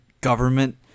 government